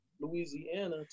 Louisiana